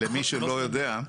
למי שלא יודע.